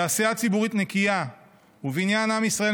שעשייה ציבורית נקייה ובניין עם ישראל